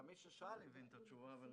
גם מי ששאל הבין את התשובה.